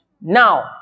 Now